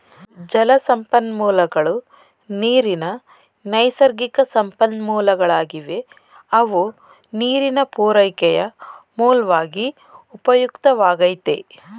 ಜಲಸಂಪನ್ಮೂಲಗಳು ನೀರಿನ ನೈಸರ್ಗಿಕಸಂಪನ್ಮೂಲಗಳಾಗಿವೆ ಅವು ನೀರಿನ ಪೂರೈಕೆಯ ಮೂಲ್ವಾಗಿ ಉಪಯುಕ್ತವಾಗೈತೆ